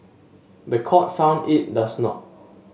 the court found it does not